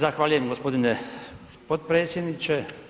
Zahvaljujem g. potpredsjedniče.